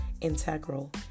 integral